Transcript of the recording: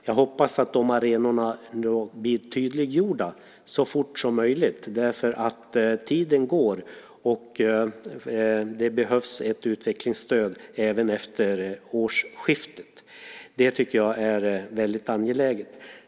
Jag hoppas att de arenorna blir tydliggjorda så fort som möjligt, därför att tiden går och det behövs ett utvecklingsstöd även efter årsskiftet. Det tycker jag är väldigt angeläget.